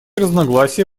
разногласия